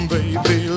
Baby